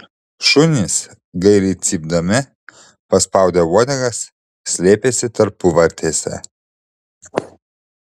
šunys gailiai cypdami paspaudę uodegas slėpėsi tarpuvartėse